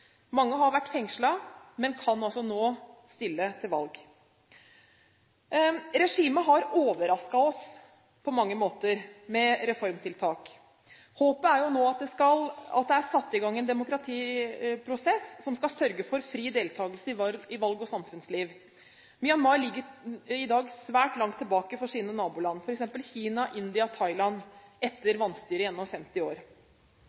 Mange har vært fengslet, men kan altså nå stille til valg. Regimet har overrasket oss på mange måter med reformtiltak. Håpet er nå at det er satt i gang en demokratiprosess som skal sørge for fri deltakelse i valg og samfunnsliv. Myanmar ligger i dag svært langt tilbake for sine naboland, f.eks. Kina, India og Thailand, etter vanstyret gjennom 50 år.